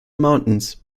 mountains